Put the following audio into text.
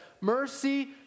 mercy